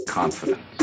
Confident